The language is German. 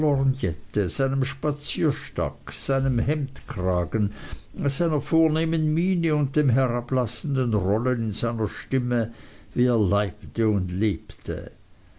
lorgnette seinem spazierstock seinem hemdkragen seiner vornehmen miene und dem herablassenden rollen in seiner stimme wie er leibte und lebte